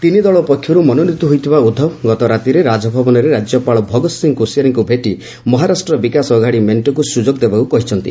ତିନି ଦଳ ପକ୍ଷରୁ ମନୋନୀତ ହୋଇଥିବା ଉଦ୍ଧବ ଗତରାତିରେ ରାଜଭବନରେ ରାଜ୍ୟପାଳ ଭଗତ୍ ସିଂହ କୋଶିଆରୀଙ୍କୁ ଭେଟି ମହାରାଷ୍ଟ୍ର ବିକାଶ ଅଘାଡ଼ି ମେଣ୍ଟକୁ ସୁଯୋଗ ଦେବାକୁ କହିଛନ୍ତି